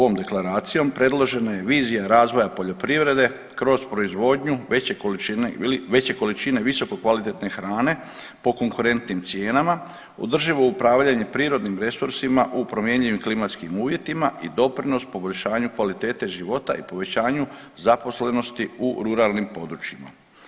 Ovom deklaracijom predložena je vizija razvoja poljoprivrede kroz proizvodnju veće količine visokokvalitetne hrane po konkurentnim cijenama, održivo upravljanje prirodnim resursima u promjenjivim klimatskim uvjetima i doprinos poboljšanju kvalitete života i povećanju zaposlenosti u ruralnim područjima.